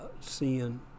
seeing